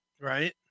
Right